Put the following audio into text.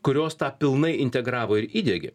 kurios tą pilnai integravo ir įdiegė